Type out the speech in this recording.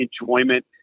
enjoyment